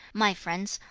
my friends,